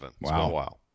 Wow